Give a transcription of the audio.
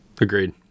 Agreed